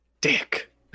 Dick